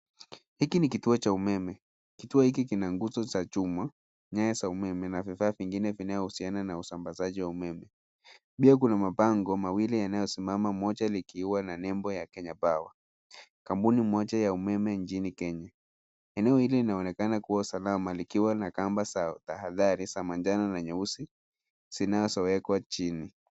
Hiki ni kituo cha umeme. Kituo hiki kina guzo za chuma , nyaya za umeme na vifaa vingine vinavyohusiana na usambazaji wa umeme .Pia kuna mabango mawili yanayosimama moja likiwa na nembo ya Kenya Power kampuni moja ya umeme nchini Kenya .Eneo hili linaonekana salama lkiwa na kamba za tahadhari za manjano na nyeusi zinazowekwa chini.